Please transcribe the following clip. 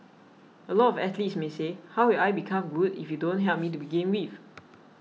a lot of athletes may say how will I become good if you don't help me to begin with